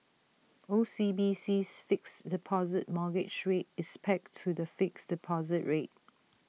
OCBC's fixed deposit mortgage rate is pegged to the fixed deposit rate